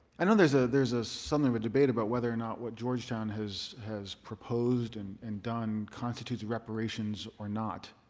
and um there's ah there's ah something of a debate about whether or not what georgetown has has proposed and and done constitutes reparations or not.